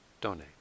donate